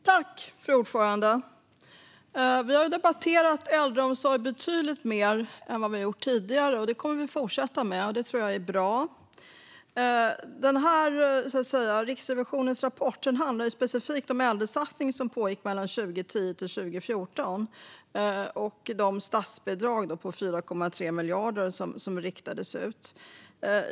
Fru talman! Vi har debatterat äldreomsorg betydligt mer än tidigare, och det kommer vi att fortsätta med. Och det är bra. Riksrevisionens rapport handlar specifikt om den äldresatsning som pågick mellan 2010 och 2014 och de statsbidrag på 4,3 miljarder som riktades ut.